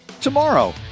Tomorrow